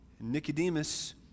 Nicodemus